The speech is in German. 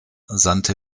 sandte